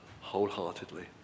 wholeheartedly